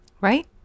Right